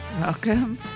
welcome